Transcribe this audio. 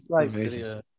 amazing